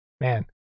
Man